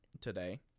today